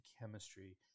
chemistry